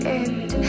end